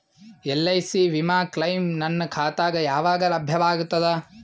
LIC ವಿಮಾ claim ನನ್ನ ಖಾತಾಗ ಯಾವಾಗ ಲಭ್ಯವಾಗತದ?